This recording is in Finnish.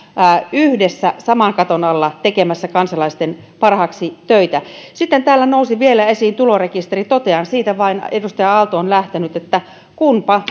yhdessä saman katon alla tekemässä kansalaisten parhaaksi töitä sitten täällä nousi vielä esiin tulorekisteri totean siitä vain edustaja aalto on lähtenyt että kunpa